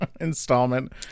installment